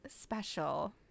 special